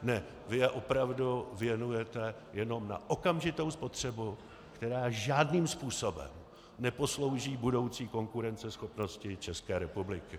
Ne, vy je opravdu věnujete jenom na okamžitou spotřebu, která žádným způsobem neposlouží budoucí konkurenceschopnosti České republiky.